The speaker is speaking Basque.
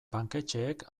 banketxeek